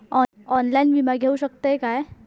Online विमा घेऊ शकतय का?